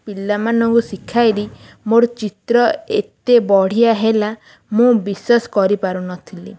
ପିଲାମାନଙ୍କୁ ଶିଖାଇଲି ମୋର ଚିତ୍ର ଏତେ ବଢ଼ିଆ ହେଲା ମୁଁ ବିଶ୍ୱାସ କରିପାରୁନ ଥିଲି